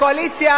רק רגע,